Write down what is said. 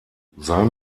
sein